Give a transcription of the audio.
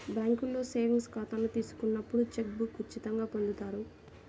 బ్యేంకులో సేవింగ్స్ ఖాతాను తీసుకున్నప్పుడు చెక్ బుక్ను ఉచితంగా పొందుతారు